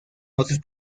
otros